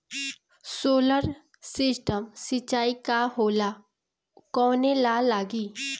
Solar system सिचाई का होला कवने ला लागी?